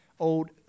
Old